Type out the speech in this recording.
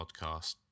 podcast